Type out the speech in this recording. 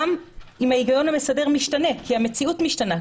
גם אם ההיגיון המסדר משתנה כי המציאות משתנה.